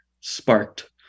sparked